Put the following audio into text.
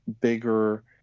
bigger